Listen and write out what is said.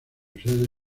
sede